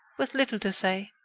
with little to say.